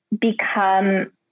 become